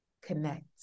connect